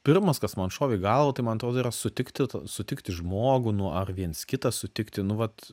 pirmas kas man šovė į galvą tai man atrodo yra sutikti sutikti žmogų nuo ar viens kitą sutikti nu vat